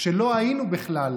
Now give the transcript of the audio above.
כשלא היינו בכלל